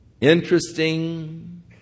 Interesting